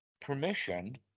permission